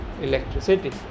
electricity